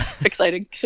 exciting